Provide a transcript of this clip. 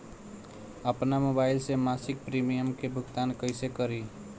आपन मोबाइल से मसिक प्रिमियम के भुगतान कइसे करि?